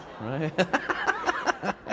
Right